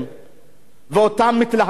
המסיתים לאלימות,